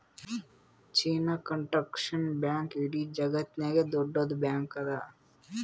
China construction bank ಇಡೀ ಜಗತ್ತನಾಗೆ ದೊಡ್ಡುದ್ ಬ್ಯಾಂಕ್ ಅದಾ